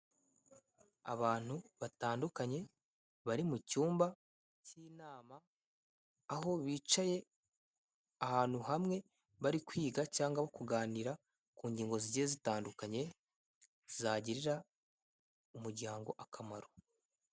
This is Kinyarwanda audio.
Abantu batandukanye bari mu cyumba cy'inama, aho bicaye ahantu hamwe bari kwiga cyangwa kuganira ku ngingo zigiye zitandukanye zagirira umuryango akamaro.